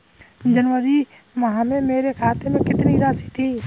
जनवरी माह में मेरे खाते में कितनी राशि थी?